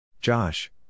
Josh